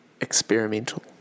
experimental